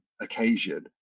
occasion